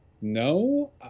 no